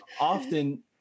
often